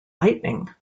lightning